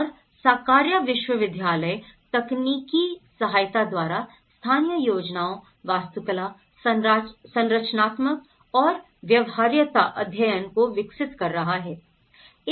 और साकार्या विश्वविद्यालय तकनीकी सहायता द्वारा स्थानीय योजनाओं वास्तुकला संरचनात्मक और व्यवहार्यता अध्ययन को विकसित कर रहा है